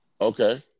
Okay